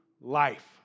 life